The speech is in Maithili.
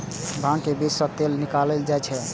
भांग के बीज सं तेल निकालल जाइ छै